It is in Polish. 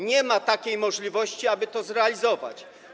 Nie ma takiej możliwości, aby to zrealizować.